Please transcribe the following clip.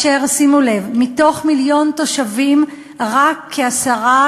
שימו לב: מתוך כל מיליון תושבים רק כעשרה